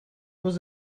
was